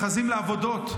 מכרזים לעבודות.